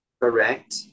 Correct